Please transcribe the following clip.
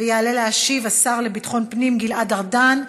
ישיב, השר לביטחון פנים גלעד ארדן.